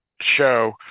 show